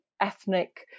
ethnic